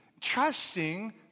trusting